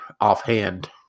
offhand